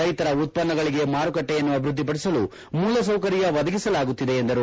ರೈತರ ಉತ್ಪನ್ನಗಳಿಗೆ ಮಾರುಕಟ್ಟೆಯನ್ನು ಅಭಿವೃದ್ದಿಪದಿಸಲು ಮೂಲಸೌಕರ್ಯ ಒದಗಿಸಲಾಗುತ್ತಿದೆ ಎಂದರು